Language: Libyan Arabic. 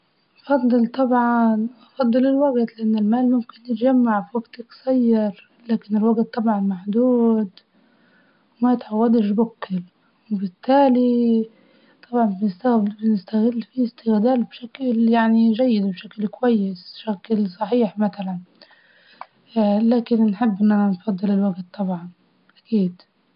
انفضل إني نتحدث بكل اللغات الاجنبية بيش نفهم ونتواصل مع أكبر عدد من من الن- من الناس في العالم، بيش نسافر ونعرف ندوي معاهم بكل إتقان وأريحية باش نجدر نجرا ثقافات كل دولة بلغتها.